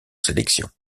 sélection